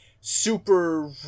super